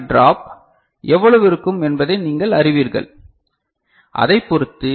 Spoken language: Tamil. சி ட்ராப் எவ்வளவு இருக்கும் என்பதை நீங்கள் அறிவீர்கள் அதைப் பொறுத்தது